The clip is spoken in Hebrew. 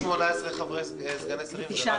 אני רוצה לתקן אותך: זה לא 18 סגני שרים אלא רק 16,